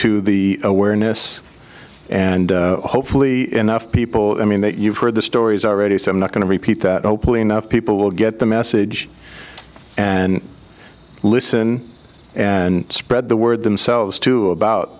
to the awareness and hopefully enough people i mean you've heard the stories already so i'm not going to repeat that hopefully enough people will get the message and listen and spread the word themselves to about